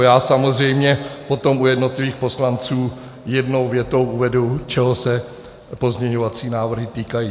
Já samozřejmě potom u jednotlivých poslanců jednou větou uvedu, čeho se pozměňovací návrhy týkají.